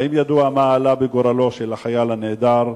1. האם ידוע מה עלה בגורלו של החייל הנעדר?